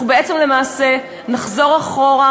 אנחנו בעצם למעשה נחזור אחורה,